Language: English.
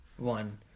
one